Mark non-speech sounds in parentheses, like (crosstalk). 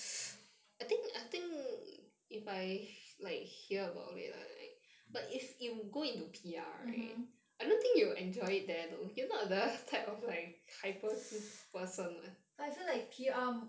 mmhmm (breath) but I feel like P_R